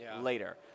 later